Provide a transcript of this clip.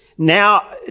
Now